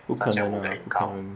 不可能啦